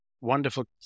Wonderful